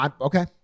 Okay